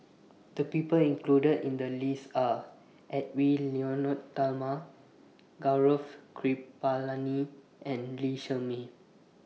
The People included in The list Are Edwy Lyonet Talma Gaurav Kripalani and Lee Shermay